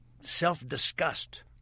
self-disgust